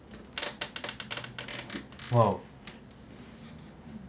!wow!